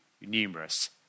numerous